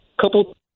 couple